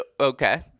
okay